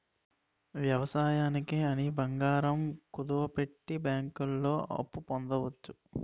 వ్యవసాయానికి అని బంగారం కుదువపెట్టి బ్యాంకుల్లో అప్పు పొందవచ్చు